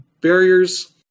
barriers